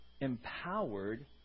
empowered